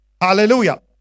Hallelujah